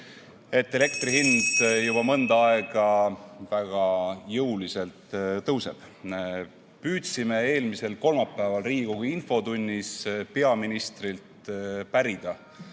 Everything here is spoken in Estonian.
et elektri hind juba mõnda aega väga jõuliselt tõuseb. Püüdsime eelmisel kolmapäeval Riigikogu infotunnis peaministrilt pärida,